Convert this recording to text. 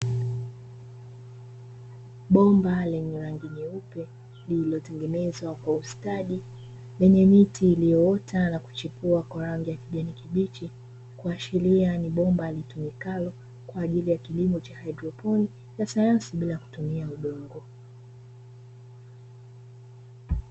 Bomba lenye rangi nyeupe lililotengenezwa kwa ustadi lenye miti iliyoota na kuchipua kwa rangi ya kijani kibichi, kuashiria ni bomba litumikalo kwa ajili ya kilimo cha haidroponi cha sayansi bila kutumia udongo.